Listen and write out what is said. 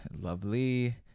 Lovely